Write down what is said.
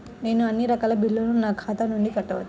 నేను అన్నీ రకాల బిల్లులను నా ఖాతా నుండి కట్టవచ్చా?